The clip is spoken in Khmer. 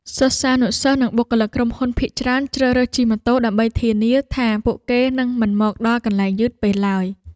សិស្សានុសិស្សនិងបុគ្គលិកក្រុមហ៊ុនភាគច្រើនជ្រើសរើសជិះម៉ូតូដើម្បីធានាថាពួកគេនឹងមិនមកដល់កន្លែងយឺតពេលឡើយ។